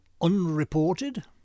unreported